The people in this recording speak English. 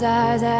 eyes